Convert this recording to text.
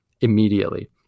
immediately